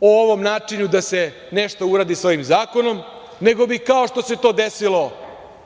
o ovom načinu da se nešto uradi sa ovim zakonom, nego bi kao što se to desilo nedavno